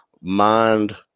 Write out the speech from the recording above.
Mind